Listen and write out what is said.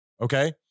okay